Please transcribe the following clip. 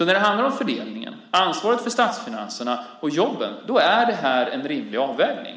När det handlar om fördelningen, ansvaret för statsfinanserna och jobben är det här en rimlig avvägning.